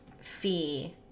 fee